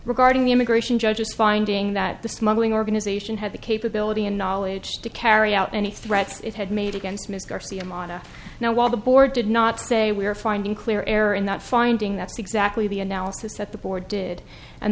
regarding the immigration judges finding that the smuggling organization had the capability and knowledge to carry out any threats it had made against ms garcia monna now while the board did not say we are finding clear error in that finding that's exactly the analysis that the board did and